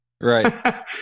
Right